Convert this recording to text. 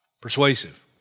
Persuasive